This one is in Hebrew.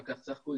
אחר כך סרקוזי,